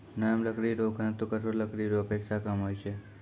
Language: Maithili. नरम लकड़ी रो घनत्व कठोर लकड़ी रो अपेक्षा कम होय छै